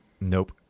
Nope